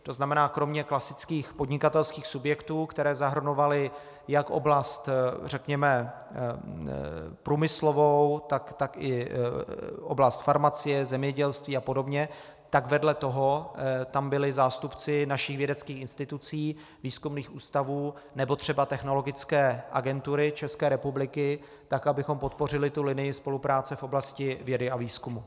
To znamená, kromě klasických podnikatelských subjektů, které zahrnovaly jak oblast řekněme průmyslovou, tak i oblast farmacie, zemědělství a podobně, tak vedle toho tam byli zástupci našich vědeckých institucí, výzkumných ústavů nebo třeba Technologické agentury České republiky, tak abychom podpořili tu linii spolupráce v oblasti vědy a výzkumu.